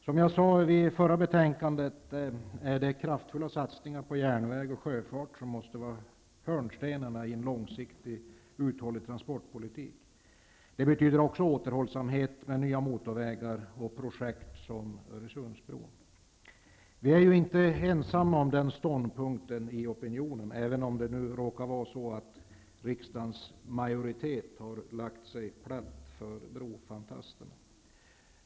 Som jag sade när det gällde det förra betänkandet, är det kraftfulla satsningar på järnväg och sjöfart som måste vara hörnstenarna i en långsiktigt uthållig transportpolitik. Det betyder också återhållsamhet med nya motorvägar och projekt som Öresundsbron. Vi är inte ensamma om den ståndpunkten i opinionen, även om det råkar vara så att riksdagens majoritet har lagt sig platt för brofantasterna.